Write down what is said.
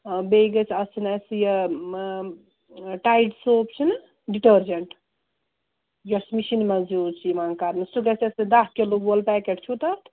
بیٚیہِ گژھِ آسٕنۍ اَسہِ یہِ ٹایِڈ سوپ چھِنہ ڈِٹرجنٹ یۄس مِشیٖن منٛز یوٗز چھِ یِوان کرنہٕ سُہ گژھِ آسٕنۍ داہ کِلوٗ وول پیکٮ۪ٹ چھُو تَتھ